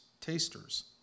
tasters